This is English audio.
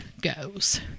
goes